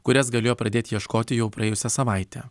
kurias galėjo pradėt ieškoti jau praėjusią savaitę